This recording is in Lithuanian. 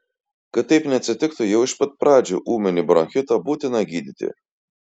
kad taip neatsitiktų jau iš pat pradžių ūminį bronchitą būtina gydyti